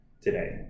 today